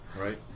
Right